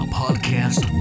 podcast